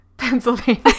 Pennsylvania